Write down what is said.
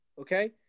okay